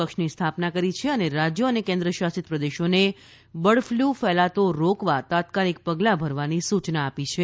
કક્ષની સ્થાપના કરી છે અને રાજ્યો અને કેન્દ્ર શાસિત પ્રદેશોને બર્ડફ્લૂ ફેલાતો રોકવા તાત્કાલિક પગલા ભરવાની સૂચના આપી છે